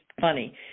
funny